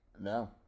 no